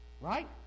Right